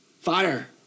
fire